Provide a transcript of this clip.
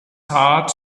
heart